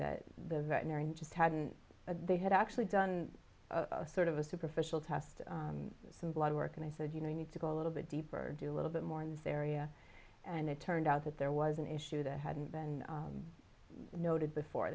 that the veterinarian just hadn't they had actually done a sort of a superficial test some blood work and i said you know you need to go a little bit deeper do a little bit more in this area and it turned out that there was an issue that hadn't been noted before